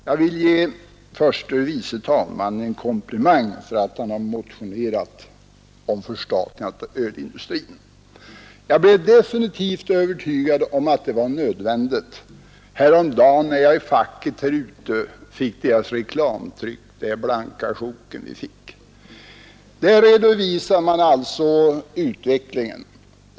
Jag vill ge herr förste vice talmannen en komplimang för att han motionerat om förstatligande av bryggeriindustrin. Häromdagen blev jag definitivt övertygad om att det är nödvändigt. Det var när jag i mitt fack fick deras reklamtryck, det där blanka sjoket, där de redovisade utvecklingen.